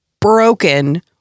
broken